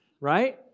right